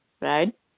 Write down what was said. right